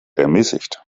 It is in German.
ermäßigt